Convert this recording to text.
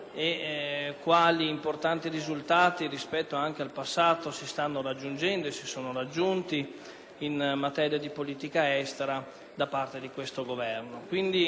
quali importanti risultati rispetto al passato si stanno raggiungendo e sono stati raggiunti in materia di politica estera da parte di questo Governo.